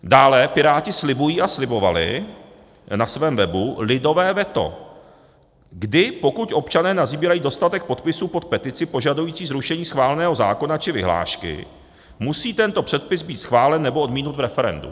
Dále Piráti slibují a slibovali na svém webu lidové veto, kdy pokud občané nasbírají dostatek podpisů pod petici požadující zrušení schváleného zákona či vyhlášky, musí tento předpis být schválen nebo odmítnut v referendu.